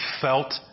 felt